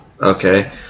okay